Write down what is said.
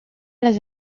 les